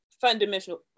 fundamental